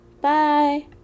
Bye